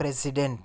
president